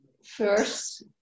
First